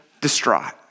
distraught